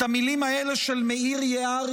את המילים האלה של מאיר יערי,